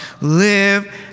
live